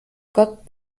gott